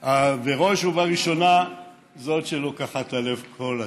בראש ובראשונה לזאת שלוקחת ללב כל הזמן,